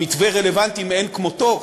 המתווה רלוונטי מאין כמותו,